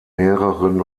mehreren